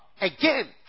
again